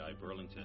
Burlington